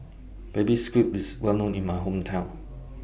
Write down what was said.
Baby Squid IS Well known in My Hometown